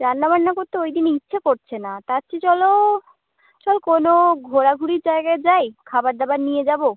রান্নাবান্না করতে ওই দিন ইচ্ছে করছে না তার চেয়ে চলো চল কোনও ঘোরাঘুরির জায়গায় যাই খাবার দাবার নিয়ে যাবো